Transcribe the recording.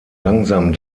langsam